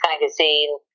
magazine